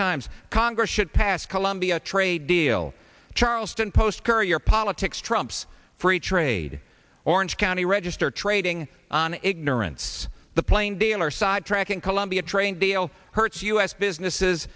times congress should pass colombia trade deal charleston post courier politics trumps free trade orange county register trading on ignorance the plain dealer sidetracking columbia train hurts us businesses